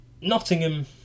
nottingham